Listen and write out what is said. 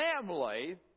family